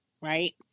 right